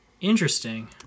Interesting